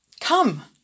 Come